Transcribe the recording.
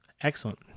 Excellent